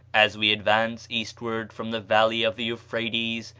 as we advance eastward from the valley of the euphrates,